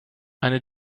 eine